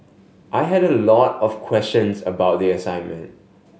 I had a lot of questions about the assignment